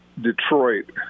Detroit